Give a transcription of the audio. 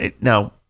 now